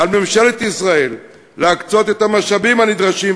על ממשלת ישראל להקצות את המשאבים הנדרשים,